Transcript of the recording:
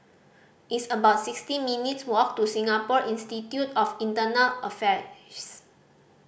it's about sixty minutes' walk to Singapore Institute of Affairs